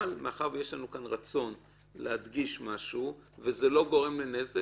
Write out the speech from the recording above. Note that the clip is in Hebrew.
מאחר ויש לנו כאן רצון להדגיש משהו וזה לא גורם לנזק,